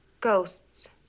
Ghosts